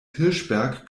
hirschberg